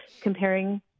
Comparing